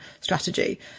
strategy